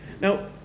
Now